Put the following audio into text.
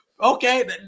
Okay